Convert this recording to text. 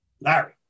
Larry